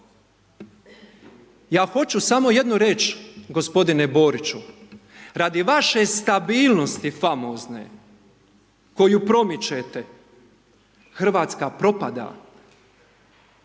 Ja hoću samo jedno reći gospodine Boriću, radi vaše stabilnosti famozne koju promičete, RH propada